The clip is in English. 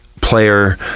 player